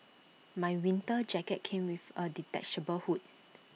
my winter jacket came with A detachable hood